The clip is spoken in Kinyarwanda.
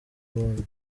buhinde